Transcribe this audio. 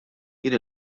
jien